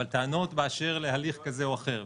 אבל טענות באשר להליך כזה או אחר,